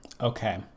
Okay